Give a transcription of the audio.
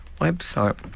website